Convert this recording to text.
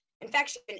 infection